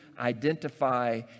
identify